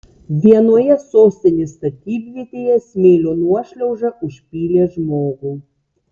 vienoje sostinės statybvietėje smėlio nuošliauža užpylė žmogų